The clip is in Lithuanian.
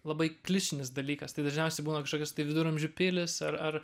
labai klišinis dalykas tai dažniausiai būna kažkokios tai viduramžių pilys ar ar